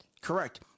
correct